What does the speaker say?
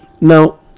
Now